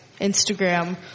Instagram